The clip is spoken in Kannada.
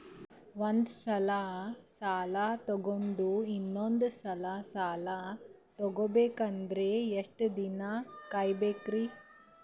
ಒಂದ್ಸಲ ಸಾಲ ತಗೊಂಡು ಇನ್ನೊಂದ್ ಸಲ ಸಾಲ ತಗೊಬೇಕಂದ್ರೆ ಎಷ್ಟ್ ದಿನ ಕಾಯ್ಬೇಕ್ರಿ?